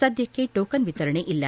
ಸದ್ಯಕ್ಕೆ ಟೋಕನ್ ವಿತರಣೆ ಇಲ್ಲ